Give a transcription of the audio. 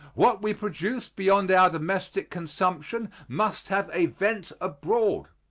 what we produce beyond our domestic consumption must have a vent abroad.